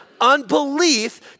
unbelief